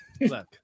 Look